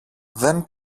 δεν